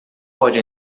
pode